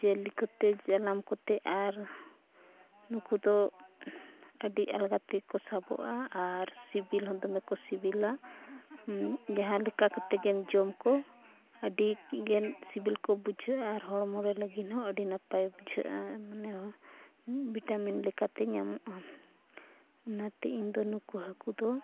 ᱡᱮᱞᱮᱠᱟᱛᱮ ᱡᱟᱞᱟᱢ ᱠᱚᱛᱮ ᱟᱨ ᱱᱩᱠᱩ ᱫᱚ ᱟᱹᱰᱤ ᱟᱞᱜᱟ ᱛᱮᱠᱚ ᱥᱟᱵᱚᱜᱼᱟ ᱟᱨ ᱥᱤᱵᱤᱞ ᱦᱚᱸ ᱫᱚᱢᱮ ᱠᱚ ᱥᱤᱵᱤᱞᱟ ᱡᱟᱦᱟᱸ ᱞᱮᱠᱟ ᱠᱟᱛᱮᱫ ᱜᱮᱢ ᱡᱚᱢ ᱠᱚ ᱟᱹᱰᱤᱜᱮ ᱥᱤᱵᱤᱞ ᱠᱚ ᱵᱩᱡᱷᱟᱹᱜᱼᱟ ᱟᱨ ᱦᱚᱲᱢᱚᱨᱮ ᱞᱟᱹᱜᱤᱫ ᱦᱚᱸ ᱟᱹᱰᱤ ᱱᱟᱯᱟᱭ ᱵᱩᱡᱷᱟᱹᱜᱼᱟ ᱞᱮᱠᱟᱛᱮ ᱧᱟᱢᱚᱜᱼᱟ ᱚᱱᱟᱛᱮ ᱤᱧᱫ ᱱᱩᱠᱩ ᱦᱟᱹᱠᱩ ᱫᱚ